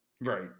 Right